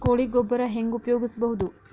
ಕೊಳಿ ಗೊಬ್ಬರ ಹೆಂಗ್ ಉಪಯೋಗಸಬಹುದು?